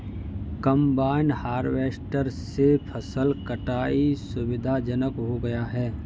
combine harvester से फसल कटाई सुविधाजनक हो गया है